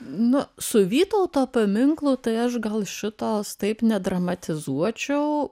nu su vytauto paminklu tai aš gal šitos taip nedramatizuočiau